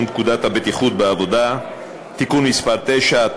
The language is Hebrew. פקודת הבטיחות בעבודה (תיקון מס' 9),